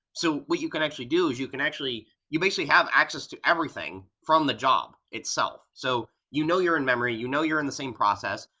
so what you can actually do is you can actually you basically have access to everything from the job itself. so you know your in-memory, you know you're in the same process,